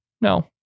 no